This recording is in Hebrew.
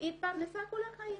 "היא התפרנסה כל החיים,